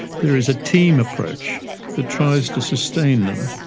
there is a team approach that tries to sustain them,